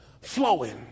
flowing